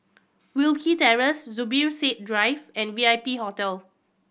Wilkie Terrace Zubir Said Drive and V I P Hotel